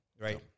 Right